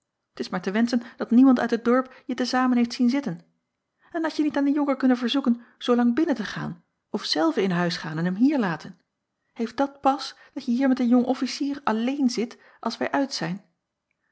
t is maar te wenschen dat niemand uit het dorp je te zamen heeft zien zitten en hadje niet aan den jonker kunnen verzoeken zoolang binnen te gaan of zelve in huis gaan en hem hier laten heeft dat pas dat je hier met een jong officier alleen zit als wij uit zijn